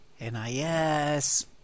NIS